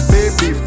Baby